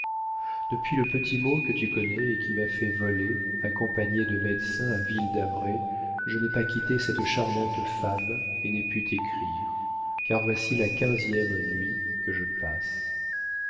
depuis le petit mot que tu connais et qui m'a fait voler accompagnée de médecins à ville-d'avray je n'ai pas quitté cette charmante femme et n'ai pu t'écrire car voici la quinzième nuit que je passe